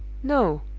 no!